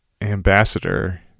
ambassador